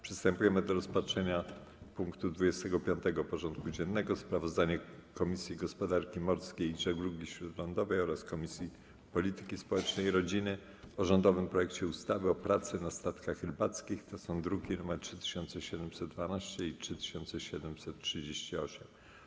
Przystępujemy do rozpatrzenia punktu 25. porządku dziennego: Sprawozdanie Komisji Gospodarki Morskiej i Żeglugi Śródlądowej oraz Komisji Polityki Społecznej i Rodziny o rządowym projekcie ustawy o pracy na statkach rybackich (druki nr 3712 i 3738)